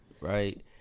right